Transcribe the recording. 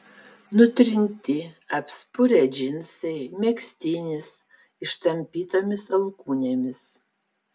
nutrinti apspurę džinsai megztinis ištampytomis alkūnėmis